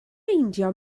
meindio